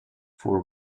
for